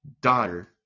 daughter